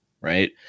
right